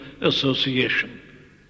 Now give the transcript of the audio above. Association